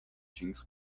jeans